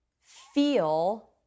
feel